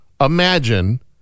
imagine